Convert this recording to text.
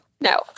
no